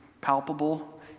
palpable